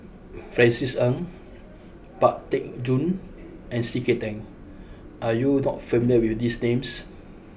Francis Ng Pang Teck Joon and C K Tang are you not familiar with these names